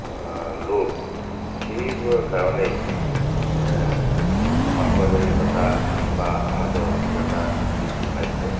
লোভ এইবোৰৰ কাৰণেই সাম্প্ৰদায়িকতা বা সমাজৰ অস্থিৰতা বৃদ্ধি পাইছে